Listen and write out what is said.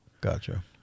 gotcha